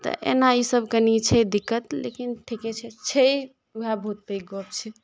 तऽ एना ईसभ कनि छै दिक्कत लेकिन ठीके छै छै उएह बहुत पैघ गप्प छै